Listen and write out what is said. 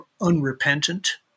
unrepentant